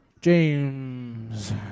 James